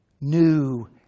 new